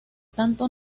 tanto